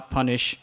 punish